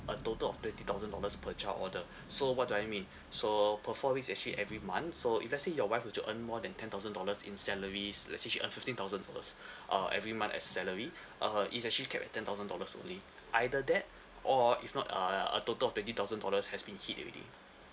a total of twenty thousand dollars per child order so what do I mean so per four weeks actually every month so if let's say your wife were to earn more than ten thousand dollars in salaries let's say she earn fifteen thousand dollars uh every month as salary uh it's actually capped at ten thousand dollars only either that or if not uh a total of twenty thousand dollars has been hit already